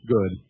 Good